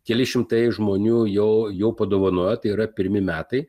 keli šimtai žmonių jau jau padovanojo tai yra pirmi metai